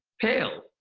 pale.